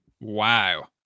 Wow